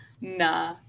Nah